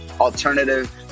alternative